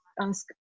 ask